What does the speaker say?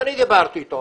אני דיברתי אתו